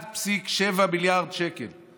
1.7 מיליארד שקל.